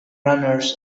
runners